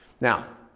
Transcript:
Now